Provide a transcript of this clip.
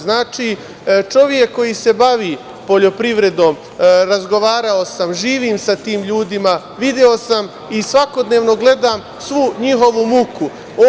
Znači, čovek koji se bavi poljoprivredom, razgovarao sam, živim sa tim ljudima video sam i svakodnevno gledam svu njihovu muku.